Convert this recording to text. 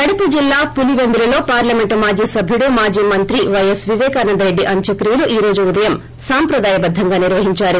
కడప జిల్లా పులిపెందులలో పార్లమెంట్ మాజీ సభ్యుడు మాజీ మంత్రి వైఎస్ వివేకానందరెడ్డి అంత్యక్రియలు ఈరోజు ఉదయం సాంప్రదాయ బద్దంగా నిర్వహించారు